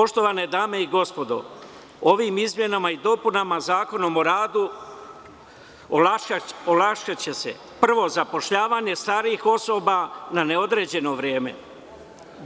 Poštovane dame i gospodo, ovim izmenama i dopunama Zakona o radu olakšaće se, prvo zapošljavanje starijih osoba na neodređeno vreme,